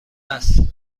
هست